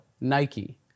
nike